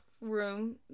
room